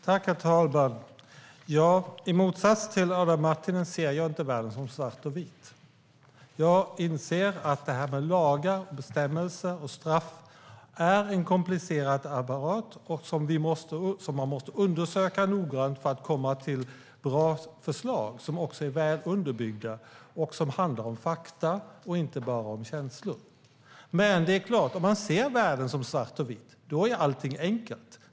Herr talman! I motsats till Adam Marttinen ser jag inte världen som svart och vitt. Jag inser att lagar, bestämmelser och straff är en komplicerad apparat som vi måste undersöka noggrant för att komma fram till bra förslag som är väl underbyggda och handlar om fakta och inte bara om känslor. Men ser man världen som svart och vitt är allt enkelt.